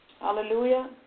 Hallelujah